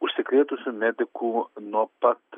užsikrėtusių medikų nuo pat